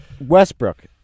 Westbrook